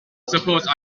suppose